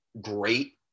great